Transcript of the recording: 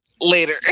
later